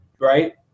right